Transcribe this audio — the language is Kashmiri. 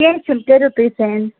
کیٚنٛہہ چھُنہٕ کٔرِو تُہۍ سٮ۪نٛڈ